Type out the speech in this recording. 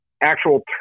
actual